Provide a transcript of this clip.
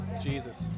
Jesus